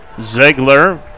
Ziegler